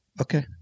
Okay